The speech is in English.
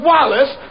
Wallace